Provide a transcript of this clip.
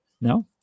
No